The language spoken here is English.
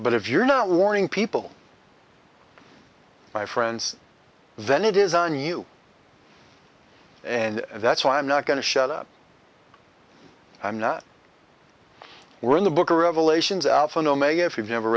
but if you're not warning people by friends then it is on you and that's why i'm not going to shut up i'm not we're in the book of revelations out so no maybe if you've never